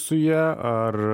su ja ar